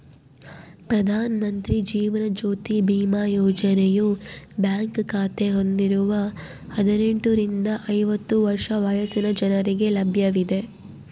ಪ್ರಧಾನ ಮಂತ್ರಿ ಜೀವನ ಜ್ಯೋತಿ ಬಿಮಾ ಯೋಜನೆಯು ಬ್ಯಾಂಕ್ ಖಾತೆ ಹೊಂದಿರುವ ಹದಿನೆಂಟುರಿಂದ ಐವತ್ತು ವರ್ಷ ವಯಸ್ಸಿನ ಜನರಿಗೆ ಲಭ್ಯವಿದೆ